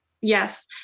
Yes